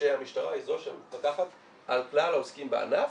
שהמשטרה היא זו שמפקחת על כלל העוסקים בענף,